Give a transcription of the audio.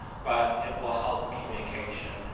but it will help in communication,